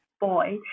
boy